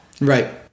Right